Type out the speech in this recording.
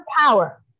power